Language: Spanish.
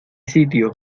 sitio